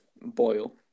boil